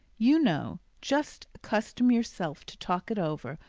you know, just accustom yourself to talk it over,